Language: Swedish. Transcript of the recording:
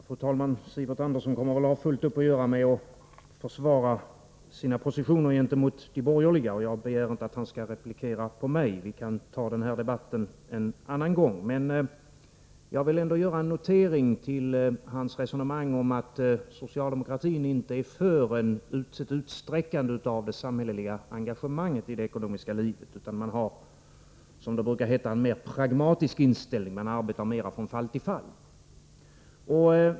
Fru talman! Sivert Andersson kommer väl att ha fullt upp att göra med att försvara sina positioner gentemot de borgerliga, och jag begär inte att han skall replikera mig. Vi kan ta den här debatten en annan gång. Men jag vill ändå göra en notering till hans resonemang om att socialdemokratin inte är för ett utsträckande av det samhälleliga engagemanget i det ekonomiska livet, utan har, som det brukar heta, en mer pragmatisk inställning; man arbetar mera från fall till fall.